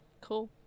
Cool